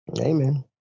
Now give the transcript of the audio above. Amen